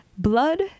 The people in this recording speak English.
Blood